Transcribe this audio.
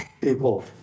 people